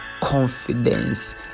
confidence